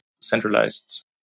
centralized